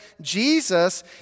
Jesus